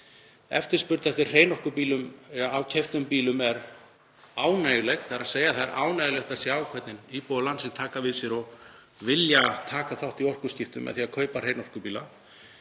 Eftirspurn eftir hreinorkubílum af keyptum bílum er ánægjuleg, það er ánægjulegt að sjá hvernig íbúar landsins taka við sér og vilja taka þátt í orkuskiptum með því að kaupa hreinorkubíla.